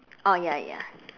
oh ya ya